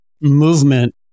movement